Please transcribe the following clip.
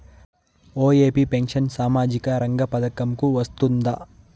OAP pension సామాజిక రంగ పథకం కు వస్తుందా?